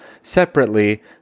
separately